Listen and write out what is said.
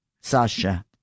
Sasha